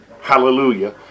Hallelujah